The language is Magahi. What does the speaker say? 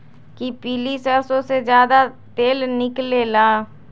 कि पीली सरसों से ज्यादा तेल निकले ला?